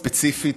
ספציפית,